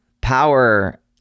Power